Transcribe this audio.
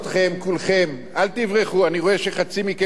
אל תברחו, אני רואה שחצי מכם כבר הספיקו לברוח.